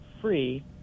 free